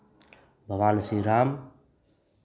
भगवान श्री राम